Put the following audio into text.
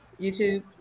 YouTube